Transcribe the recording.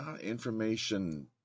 information